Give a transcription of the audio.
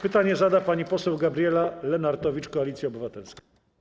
Pytanie zada pani poseł Gabriela Lenartowicz, Koalicja Obywatelska.